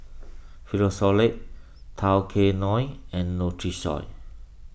Frisolac Tao Kae Noi and Nutrisoy